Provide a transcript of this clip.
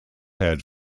had